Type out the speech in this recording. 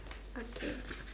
okay